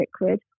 liquid